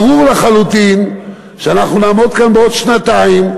הרי ברור לחלוטין שאנחנו נעמוד כאן בעוד שנתיים,